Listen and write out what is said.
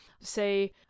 say